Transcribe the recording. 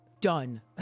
Done